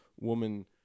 woman